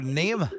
name